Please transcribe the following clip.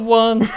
one